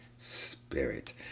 spirit